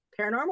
paranormal